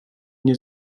nie